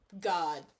God